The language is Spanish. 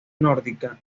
nórdica